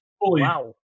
Wow